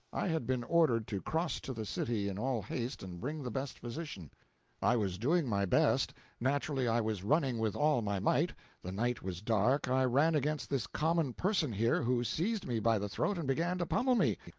i had been ordered to cross to the city in all haste and bring the best physician i was doing my best naturally i was running with all my might the night was dark, i ran against this common person here, who seized me by the throat and began to pummel me,